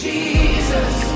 Jesus